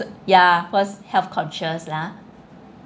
ya cause health conscious ya